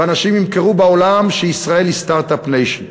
ואנשים ימכרו בעולם שישראל היא Start-up Nation.